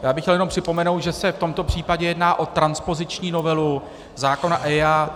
Chtěl bych jenom připomenout, že se v tomto případě jedná o transpoziční novelu zákonu EIA